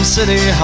City